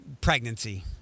pregnancy